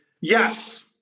yes